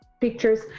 pictures